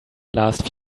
last